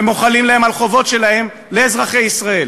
ומוחלים להם על חובות שלהם לאזרחי ישראל